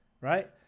right